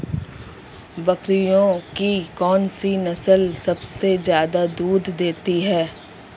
बकरियों की कौन सी नस्ल सबसे ज्यादा दूध देती है?